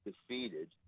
defeated